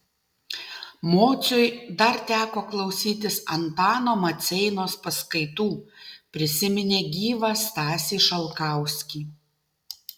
mociui dar teko klausytis antano maceinos paskaitų prisiminė gyvą stasį šalkauskį